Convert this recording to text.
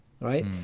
Right